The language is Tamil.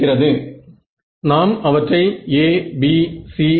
எனவே நமது தேர்வு 0